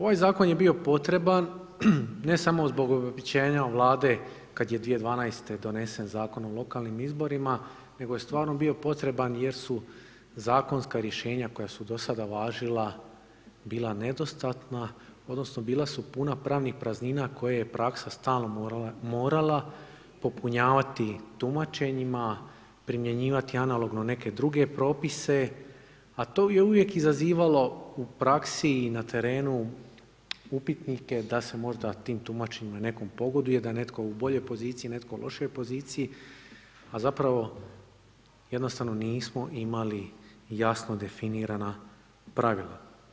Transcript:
Ovaj zakon je bio potreban, ne samo zbog obećanja vlade kad je 2012. donesen Zakon o lokalnim izborima, nego je stvarno bio potreban jer su zakonska rješenja koja su dosada važila bila nedostatna odnosno bila su puna pravnih praznina koje je praksa stalno morala popunjavati tumačenjima, primjenjivati analogno neke druge propise, a to je uvijek izazivalo u praksi i na terenu upitnike da se možda tim tumačenjima nekom pogoduje, da je netko u boljoj poziciji, netko u lošijoj poziciji, a zapravo jednostavno nismo imali jasno definirana pravila.